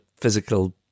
physical